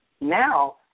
Now